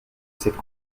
cette